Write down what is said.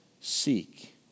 seek